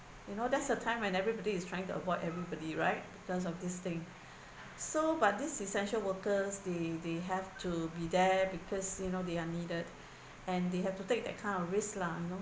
you know that's a time when everybody is trying to avoid everybody right because of this thing so but these essential workers they they have to be there because you know they are needed and they have to take that kind of risk lah you know